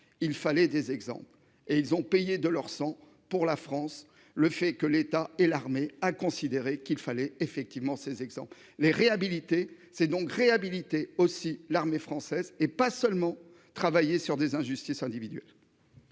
il fallait des exemples et ils ont payé de leur sang pour la France le fait que l'État et l'armée a considéré qu'il fallait effectivement ces exemples les réhabiliter. C'est donc réhabiliter aussi l'armée française et pas seulement travailler sur des injustices individuelles.